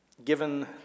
given